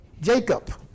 Jacob